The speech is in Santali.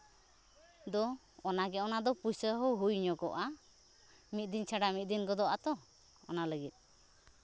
ᱫᱚ ᱚᱱᱟ ᱜᱮ ᱚᱱᱟ ᱫᱚ ᱯᱩᱭᱥᱟᱹ ᱦᱚᱸ ᱦᱳᱭ ᱧᱚᱜᱚᱜᱼᱟ ᱢᱤᱫ ᱫᱤᱱ ᱪᱷᱟᱲᱟ ᱢᱤᱫ ᱫᱤᱱ ᱜᱚᱫᱚᱜ ᱟᱛᱚ ᱚᱱᱟ ᱞᱟᱹᱜᱤᱫ